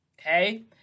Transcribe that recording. okay